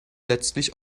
letztlich